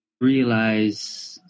realize